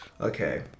Okay